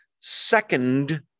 second